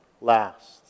last